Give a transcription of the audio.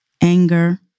anger